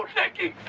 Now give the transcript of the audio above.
nicky!